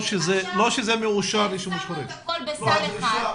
שמו את הכול בסל אחד.